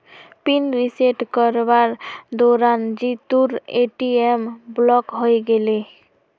pin reset करवार दौरान जीतूर ए.टी.एम ब्लॉक हइ गेले